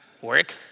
work